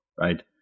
right